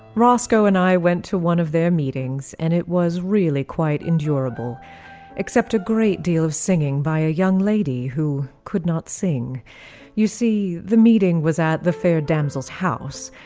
roscoe and i went to one of their meetings and it was really quite endurable except a great deal of singing by a young lady who could not sing you see, the meeting was at the fair damsels house,